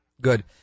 Good